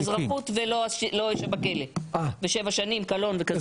אזרחות ולא ישב בכלא ושבע שנים, קלון וכזה.